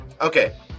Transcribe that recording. okay